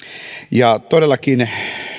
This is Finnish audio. ja todellakin